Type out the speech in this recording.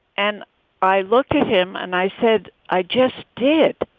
and i looked at him and i said i just did.